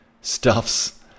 stuffs